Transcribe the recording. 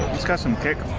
it's got some kick.